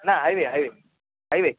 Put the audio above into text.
ना highway highway highway